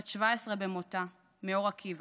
מאור עקיבא,